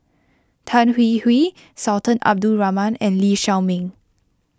Tan Hwee Hwee Sultan Abdul Rahman and Lee Shao Meng